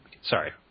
sorry